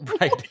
Right